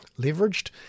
leveraged